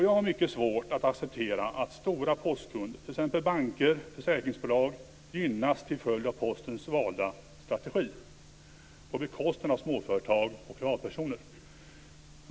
Jag har mycket svårt att acceptera att stora postkunder, t.ex. banker och försäkringsbolag, gynnas till följd av Postens valda strategi på bekostnad av småföretag och privatpersoner.